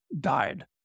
died